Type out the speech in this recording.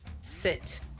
Sit